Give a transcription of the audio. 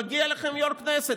מגיע לכם יו"ר כנסת.